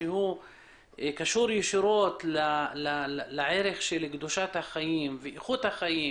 שקשור ישירות לערך של קדושת ואיכות החיים